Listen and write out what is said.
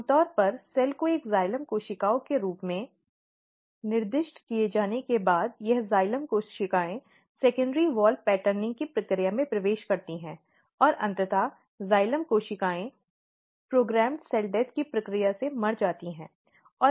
आम तौर पर सेल को एक जाइलम कोशिकाओं के रूप में निर्दिष्ट किए जाने के बाद यह जाइलम कोशिकाएं सेकेंडरी वॉल पैटर्निंग की प्रक्रिया में प्रवेश करती हैं और अंततः जाइलम कोशिकाएं वे क्रमादेशित कोशिका मृत्यु की प्रक्रिया से मर जाती हैं